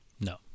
No